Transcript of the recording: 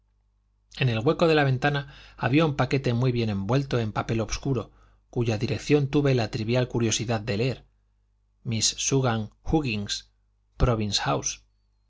en el hueco de la ventana había un paquete muy bien envuelto en papel obscuro cuya dirección tuve la trivial curiosidad de leer miss susan huggins province house